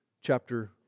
chapter